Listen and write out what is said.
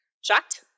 Shocked